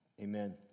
Amen